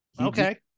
Okay